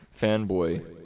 fanboy